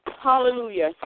hallelujah